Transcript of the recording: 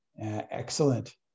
Excellent